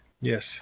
Yes